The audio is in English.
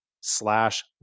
slash